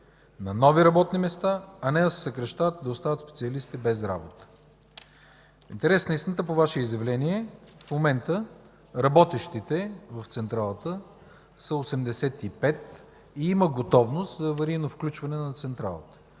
на нови работни места, а не да се съкращават и да остават специалисти без работа? В интерес на истината по Ваше изявление в момента работещите в централата са 85 и има готовност за аварийното й включване. Излезе